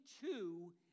two